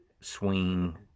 swing